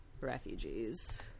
refugees